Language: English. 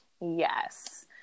Yes